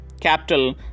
capital